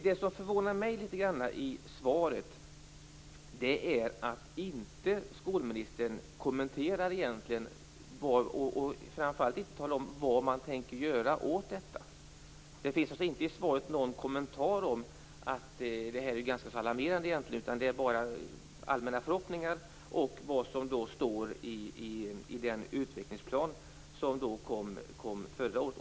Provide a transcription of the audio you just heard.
Det som förvånar mig litet grand i svaret är att skolministern egentligen inte kommenterar och talar om vad man tänker göra åt detta. I svaret finns inte någon kommentar om att detta är ganska alarmerande. Det finns bara allmänna förhoppningar och det som står i den utvecklingsplan som kom förra året.